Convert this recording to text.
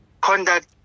conduct